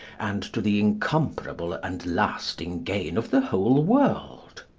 and to the incomparable and lasting gain of the whole world.